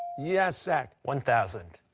yes, zach? one thousand.